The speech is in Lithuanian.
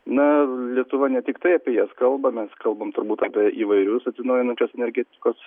na lietuva ne tiktai apie jas kalba mes kalbam turbūt apie įvairius atsinaujinančios energetikos